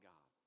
God